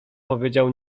powiedział